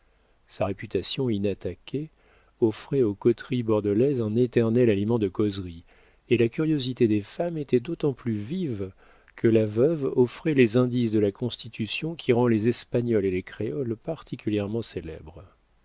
sa réputation inattaquée offrait aux coteries bordelaises un éternel aliment de causerie et la curiosité des femmes était d'autant plus vive que la veuve offrait les indices de la constitution qui rend les espagnoles et les créoles particulièrement célèbres